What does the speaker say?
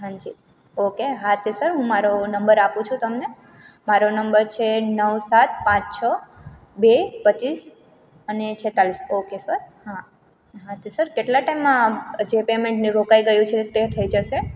હાંજી okay હા તે sir હું મારો નંબર આપું છું તમને મારો નંબર છે નવ સાત પાંચ છ બે પચ્ચીસ અને છેત્તાલીસ ઓકે સર હા હા તે સર કેટલા ટાઈમમાં જે પેમેન્ટને રોકાઈ ગયું છે તે થઈ જશે